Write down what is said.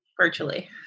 virtually